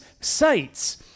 sites